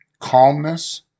calmness